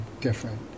different